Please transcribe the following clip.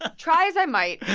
ah try as i might.